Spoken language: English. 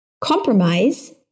compromise